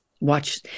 watch